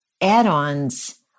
add-ons